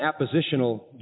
appositional